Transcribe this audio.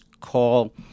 call